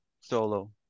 solo